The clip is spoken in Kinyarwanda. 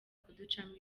kuducamo